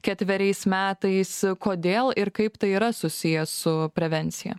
ketveriais metais kodėl ir kaip tai yra susiję su prevencija